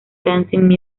dancing